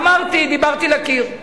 אמרתי, דיברתי לקיר.